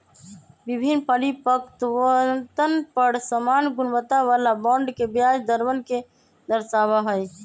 विभिन्न परिपक्वतवन पर समान गुणवत्ता वाला बॉन्ड के ब्याज दरवन के दर्शावा हई